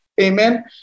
Amen